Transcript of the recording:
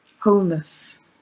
wholeness